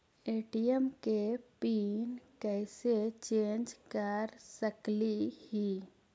ATM के PIN कैसे change कर सकली ही?